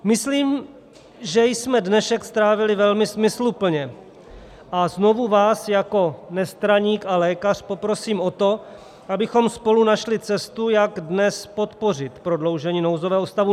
Myslím, že jsme dnešek strávili velmi smysluplně, a znovu vás jako nestraník a lékař poprosím o to, abychom spolu našli cestu, jak dnes podpořit prodloužení nouzového stavu.